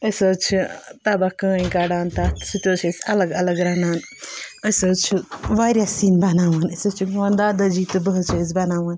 أسۍ حظ چھِ تَبَکھ کٲنۍ کَڑان تَتھ سُہ تہِ حظ چھِ أسۍ الگ الگ رَنان أسۍ حظ چھِ واریاہ سِنۍ بَناوان أسۍ حظ چھِ میون داداجی تہٕ بہٕ حظ چھِ أسۍ بَناوان